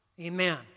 Amen